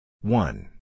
one